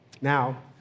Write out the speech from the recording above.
Now